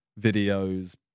videos